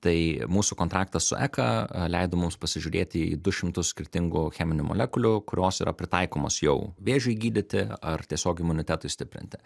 tai mūsų kontraktas su eka leido mums pasižiūrėti į du šimtus skirtingų cheminių molekulių kurios yra pritaikomos jau vėžiui gydyti ar tiesiog imunitetui stiprinti